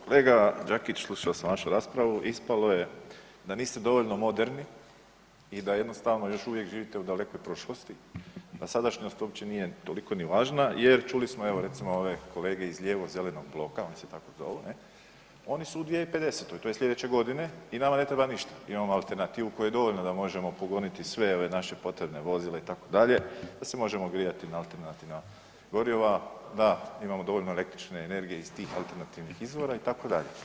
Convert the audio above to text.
Kolega Đakić, slušao sam vašu raspravu, ispalo je da niste dovoljno moderni i da jednostavno još uvijek živite i dalekoj prošlosti a sadašnjost uopće nije toliko ni važna jer čuli smo recimo ove kolege iz lijevo-zelenog bloka, oni se tako zovu, ne, oni su u 2050., to je slijedeće godine i nama ne treba ništa, imamo alternativu u kojoj je dovoljno da možemo pogoniti sve ova naša potrebna vozila itd., da se možemo grijati na alternativna goriva, da imamo dovoljno električne energije iz tih alternativnih izvora itd.